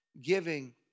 Giving